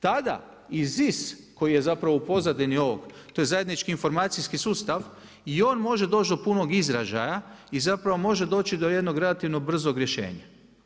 Tada, ZIS koji je zapravo u pozadini ovoga, to je zajednički informacijski sustav i on može doći do punog izražaja i zapravo može doći do jednog relativnog brzog rješenja.